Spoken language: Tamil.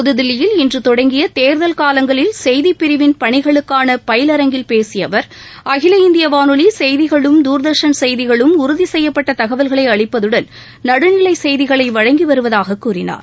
புதுதில்லியில் இன்று தொடங்கிய தேர்தல் காலங்களில் செய்திப்பிரிவின் பணிகளுக்கான பயிலரங்களில் பேசிய அவர் அகில இந்திய வானொலி செய்திகளும் தூர்தர்ஷன் செய்திகளும் உறுதிசெய்யப்பட்ட தகவல்களை அளிப்பதுடன் நடுநிலை செய்திகளை வழங்கி வருவதாக கூறினார்